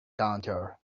counter